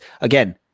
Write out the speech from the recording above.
Again